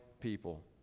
people